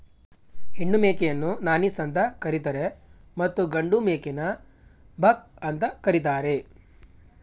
ಹೆಣ್ಣು ಮೇಕೆಯನ್ನು ನಾನೀಸ್ ಅಂತ ಕರಿತರೆ ಮತ್ತು ಗಂಡು ಮೇಕೆನ ಬಕ್ ಅಂತ ಕರಿತಾರೆ